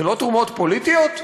זה לא תרומות פוליטיות?